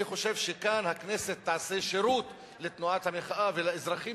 אני חושב שכאן הכנסת תעשה שירות לתנועת המחאה ולאזרחים